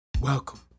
Welcome